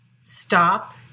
stop